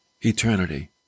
eternity